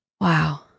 Wow